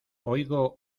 oigo